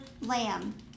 lamb